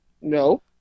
No